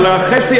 אבל החצי